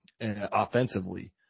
offensively